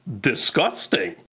disgusting